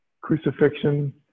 Crucifixion